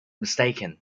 mistaken